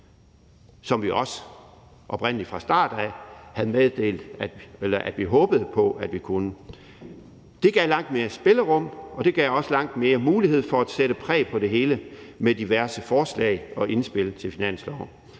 som vi også fra start af havde meddelt at vi håbede på at vi kunne. Det gav langt mere spillerum, og det gav også langt flere muligheder for at sætte præg på det hele med diverse forslag og indspil til finansloven.